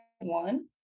One